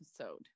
episode